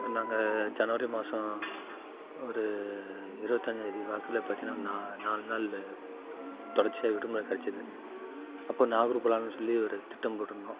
நாங்கள் ஜனவரி மாதம் ஒரு இருபத்தி அஞ்சாந்தேதி வாக்கில் பாத்தின்னா நா நாலு நாள் தொடர்ச்சியாக விடுமுறை கிடைச்சிது அப்போ நாகூர் போகலான் சொல்லி ஒரு திட்டம் போட்டிருந்தோம்